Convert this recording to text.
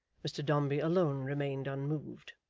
mr dombey alone remained unmoved.